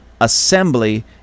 assembly